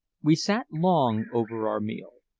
we sat long over our meal,